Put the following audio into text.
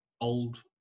old